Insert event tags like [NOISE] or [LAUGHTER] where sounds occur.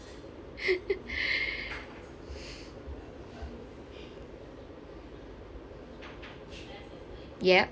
[LAUGHS] yup